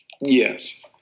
Yes